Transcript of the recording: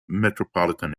metropolitan